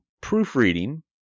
proofreading